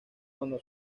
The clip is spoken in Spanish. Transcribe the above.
cuando